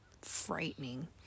frightening